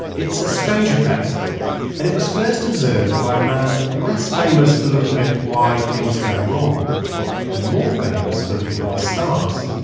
it's a strange effect and it was first observed by a man less famous for looking at why things go wrong and more famous for looking at the stars.